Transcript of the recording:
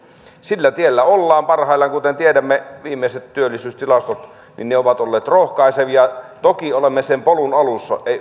sillä tiellä ollaan parhaillaan kuten tiedämme viimeiset työllisyystilastot ovat olleet rohkaisevia toki olemme sen polun alussa